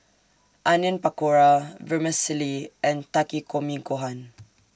Onion Pakora Vermicelli and Takikomi Gohan